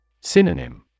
Synonym